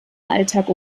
alltag